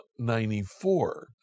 94